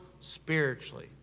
spiritually